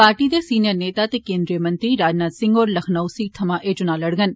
party दे senior नेता ते केन्दी मंत्री राजनाथ सिंह होर लखनऊ सीट थमां ए चुना लड़गंन